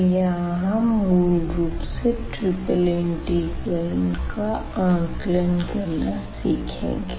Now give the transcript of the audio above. तो यहां हम मूलरूप से ट्रिपल इंटीग्रल का आकलन करना सीखेंगे